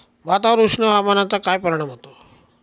भातावर उष्ण हवामानाचा काय परिणाम होतो?